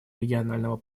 регионального